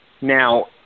Now